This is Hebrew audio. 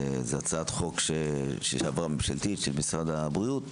זו הצעת חוק ממשלתית של משרד הבריאות,